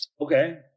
Okay